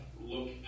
look